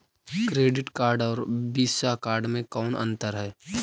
Credit card और Visa card मे कौन अन्तर है?